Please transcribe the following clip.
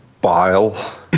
Bile